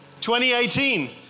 2018